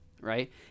right